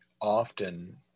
often